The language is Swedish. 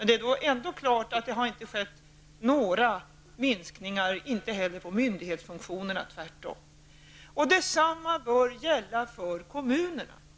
Det står ändå klart att det inte heller har skett några minskningar beträffande myndighetsfunktionerna, tvärtom. Detsamma bör gälla för kommunerna.